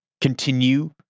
continue